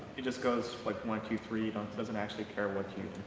it just goes like one, two, three, it doesn't actually care what you